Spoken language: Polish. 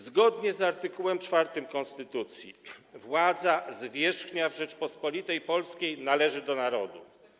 Zgodnie z art. 4 konstytucji władza zwierzchnia w Rzeczypospolitej Polskiej należy do narodu.